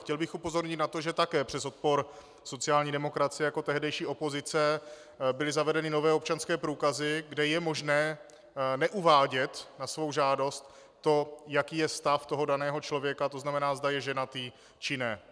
Chtěl bych upozornit na to, že také přes odpor sociální demokracie jako tehdejší opozice byly zavedeny nové občanské průkazy, kde je možné neuvádět na svou žádost to, jaký je stav daného člověka, to znamená, zda je ženatý, či ne.